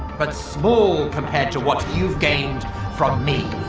but small compared to what you've gained from me!